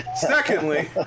Secondly